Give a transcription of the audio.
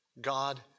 God